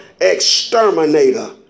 Exterminator